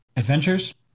Adventures